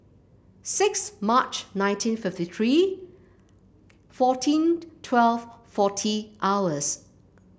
six March nineteen fifty three fourteen twelve forty hours